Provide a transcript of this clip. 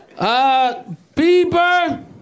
Bieber